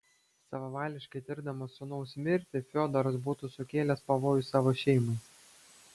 savavališkai tirdamas sūnaus mirtį fiodoras būtų sukėlęs pavojų savo šeimai